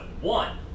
one